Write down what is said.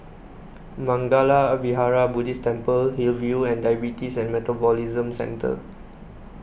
Mangala Vihara Buddhist Temple Hillview and Diabetes and Metabolism Centre